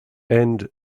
and